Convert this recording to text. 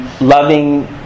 loving